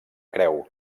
creu